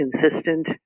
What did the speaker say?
consistent